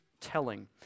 telling